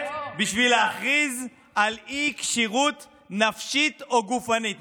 כנסת בשביל להכריז על אי-כשירות נפשית או גופנית.